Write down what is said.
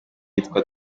yitwa